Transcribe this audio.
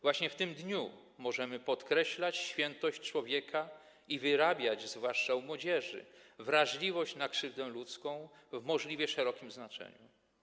Właśnie w tym dniu możemy podkreślać świętość człowieka i wyrabiać, zwłaszcza u młodzieży, wrażliwość na krzywdę ludzką w możliwie szerokim znaczeniu.